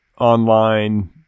online